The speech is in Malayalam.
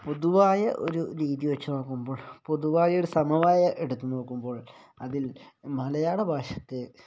പൊതുവായ ഒരു രീതി വച്ചുനോക്കുമ്പോൾ പൊതുവായ ഒരു സമവായം എടുത്തു നോക്കുമ്പോൾ അതിൽ മലയാള ഭാഷയ്ക്ക്